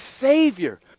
Savior